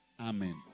Amen